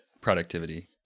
productivity